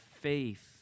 faith